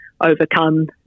Overcome